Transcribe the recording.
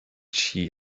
she